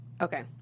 Okay